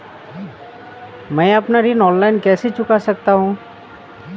मैं अपना ऋण ऑनलाइन कैसे चुका सकता हूँ?